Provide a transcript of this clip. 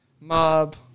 Mob